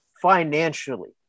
financially